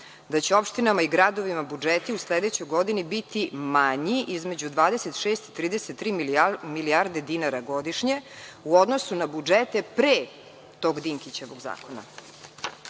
da će opštinama i gradovima budžeti u sledećoj godini biti manji između 26-33 milijarde dinara godišnje, u odnosu na budžete pre tog Dinkićevog zakona.